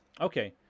Okay